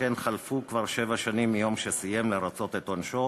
שכן חלפו כבר שבע שנים מיום שסיים לרצות את עונשו